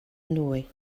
nwy